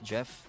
Jeff